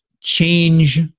change